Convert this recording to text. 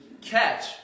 catch